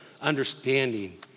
understanding